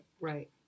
Right